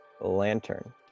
lantern